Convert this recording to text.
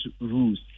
rules